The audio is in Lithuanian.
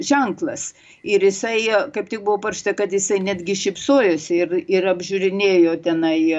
ženklas ir jisai kaip tik buvo parašyta kad jisai netgi šypsojosi ir ir apžiūrinėjo tenai